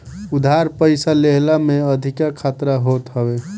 उधार पईसा लेहला में अधिका खतरा होत हअ